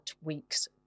week's